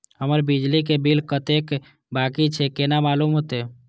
हमर बिजली के बिल कतेक बाकी छे केना मालूम होते?